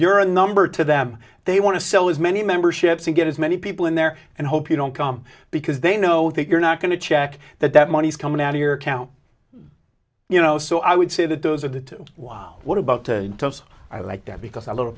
you're a number to them they want to sell as many memberships and get as many people in there and hope you don't come because they know that you're not going to check that that money is coming out of your cow you know so i would say that those are the two wow what about the times i like that because a l